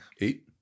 Eight